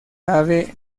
sabe